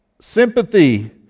sympathy